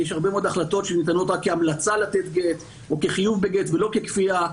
יש הרבה מאוד החלטות שניתנות רק כהמלצה לתת גט או כחיוב בגט ולא בכפייה,